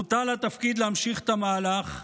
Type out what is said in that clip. מוטל התפקיד להמשיך את המהלך,